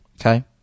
Okay